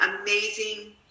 amazing